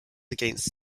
against